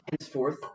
henceforth